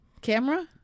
camera